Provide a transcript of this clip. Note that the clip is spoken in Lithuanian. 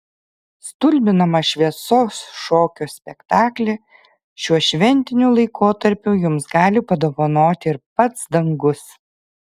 stulbinamą šviesos šokio spektaklį šiuo šventiniu laikotarpiu jums gali padovanoti ir pats dangus